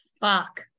Fuck